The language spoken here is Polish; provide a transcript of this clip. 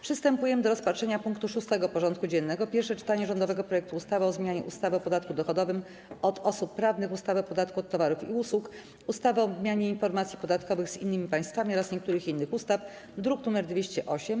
Przystępujemy do rozpatrzenia punktu 6. porządku dziennego: Pierwsze czytanie rządowego projektu ustawy o zmianie ustawy o podatku dochodowym od osób prawnych, ustawy o podatku od towarów i usług, ustawy o wymianie informacji podatkowych z innymi państwami oraz niektórych innych ustaw (druk nr 208)